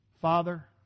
Father